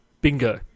Bingo